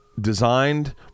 designed